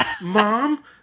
Mom